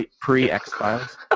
pre-x-files